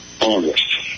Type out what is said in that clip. August